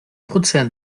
prozent